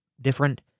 different